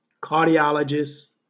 cardiologists